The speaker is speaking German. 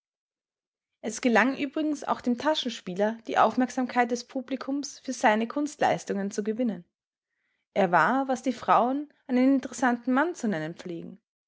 es gelang übrigens auch dem taschenspieler die aufmerksamkeit des publikums für seine kunstleistungen zu gewinnen er war was die frauen einen interessanten mann zu nennen pflegen